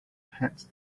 het